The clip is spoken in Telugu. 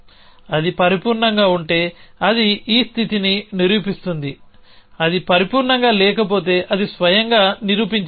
అది పరిపూర్ణంగా ఉంటే అది ఈ స్థితిని నిరూపిస్తుంది అది పరిపూర్ణంగా లేకపోతే అది స్వయంగా నిరూపించబడింది